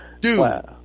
Dude